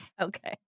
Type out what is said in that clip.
Okay